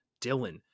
Dylan